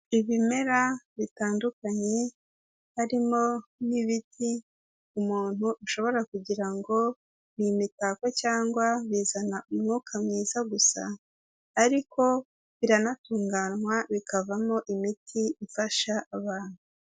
Ibimera bitandukanye harimo n'ibiti umuntu ushobora kugira ngo ni imitako cyangwa bizana umwuka mwiza gusa, ariko biranatunganywa bikavamo imiti ifasha abantu.